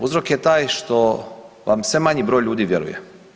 Uzrok je taj što vam sve manji broj ljudi vjeruje.